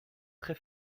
très